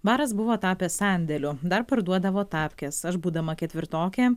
baras buvo tapęs sandėliu dar parduodavo tapkes aš būdama ketvirtokė